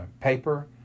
paper